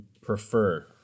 prefer